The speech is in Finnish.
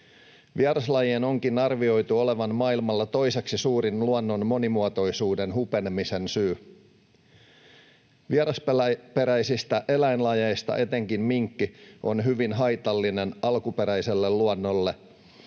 Vieraslajien onkin arvioitu olevan maailmalla toiseksi suurin luonnon monimuotoisuuden hupenemisen syy. Vierasperäisistä eläinlajeista etenkin minkki on hyvin haitallinen alkuperäiselle luonnolle.